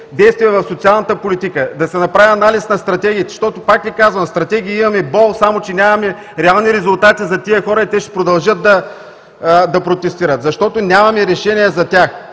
действия в социалната политика, да се направи анализ на стратегиите? Пак Ви казвам: стратегии имаме бол, само че нямаме реални резултати за тези хора, защото те ще продължат да протестират, защото нямаме решение за тях.